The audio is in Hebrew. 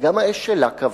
גם האש שלה כבתה,